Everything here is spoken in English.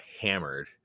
hammered